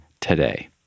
today